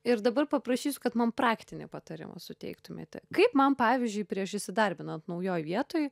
ir dabar paprašysiu kad man praktinį patarimą suteiktumėt kaip man pavyzdžiui prieš įsidarbinant naujoj vietoj